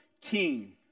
king